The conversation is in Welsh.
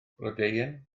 blodeuyn